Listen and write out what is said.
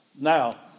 Now